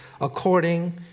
according